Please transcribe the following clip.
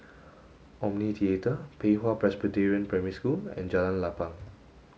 Omni Theatre Pei Hwa Presbyterian Primary School and Jalan Lapang